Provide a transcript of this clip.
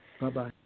Bye-bye